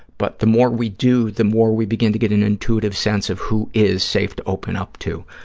but the more we do, the more we begin to get an intuitive sense of who is safe to open up to,